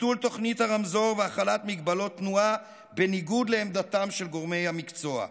ביטול תוכנית הרמזור והחלת מגבלות תנועה בניגוד לעמדתם של גורמי המקצוע,